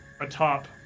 atop